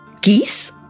geese